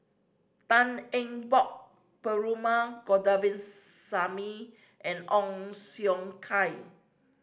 Tan Eng Bock Perumal Govindaswamy and Ong Siong Kai